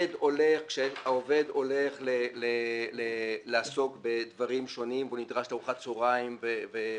כאשר העובד הולך לעסוק בדברים שונים והוא נדרש לארוחת צהריים וכולי.